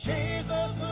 Jesus